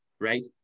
right